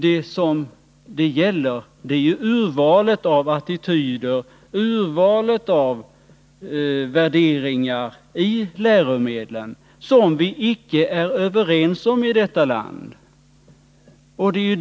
Det här gäller ju urvalet av attityder och värderingar i läromedlen som vi icke är överens om i detta land.